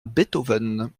beethoven